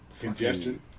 congestion